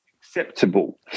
acceptable